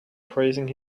praising